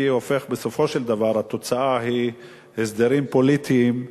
כי התוצאה היא הסדרים פוליטיים,